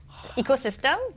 ecosystem